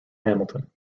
hamilton